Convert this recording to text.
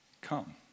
Come